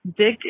dick